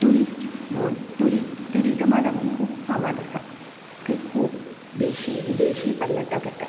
tourists म्हण tourist टुरिजमा लागू खूब फामाद आसा थंय खूब देशी विदेशी पर्यटक येतात